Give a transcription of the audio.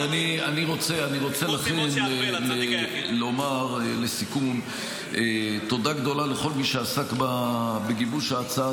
אני רוצה לומר לסיכום תודה גדולה לכל מי שעסק בגיבוש ההצעה